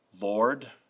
Lord